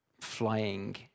flying